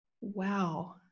Wow